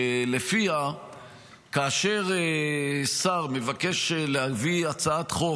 שלפיה כאשר שר מבקש להביא הצעת חוק